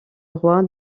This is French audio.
roi